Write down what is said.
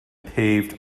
paved